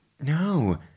no